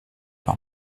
par